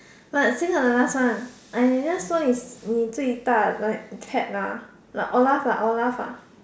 but since I'm the last one I may just 你最大 like cat ah like i will laugh lah i will laugh lah